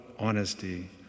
honesty